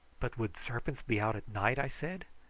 but would serpents be out at night? i said.